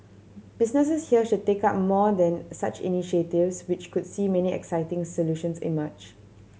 businesses here should take up more than such initiatives which could see many exciting solutions emerge